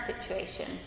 situation